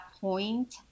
point